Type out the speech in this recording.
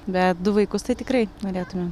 bet du vaikus tai tikrai norėtumėm